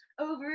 over